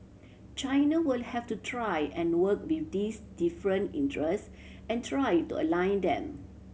China will have to try and work with these different interests and try to align them